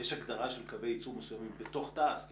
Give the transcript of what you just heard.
יש הגדרה של קווי ייצור מסוימים בתוך תע"ש כחיוניים,